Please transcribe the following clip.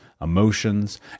emotions